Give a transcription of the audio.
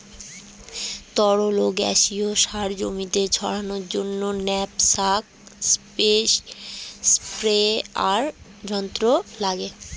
তরল ও গ্যাসীয় সার জমিতে ছড়ানোর জন্য ন্যাপস্যাক স্প্রেয়ার যন্ত্র লাগে